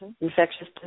infectious